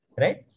Right